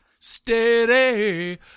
Steady